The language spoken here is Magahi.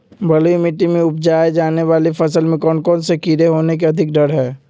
बलुई मिट्टी में उपजाय जाने वाली फसल में कौन कौन से कीड़े होने के अधिक डर हैं?